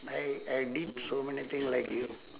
my I did so many thing like you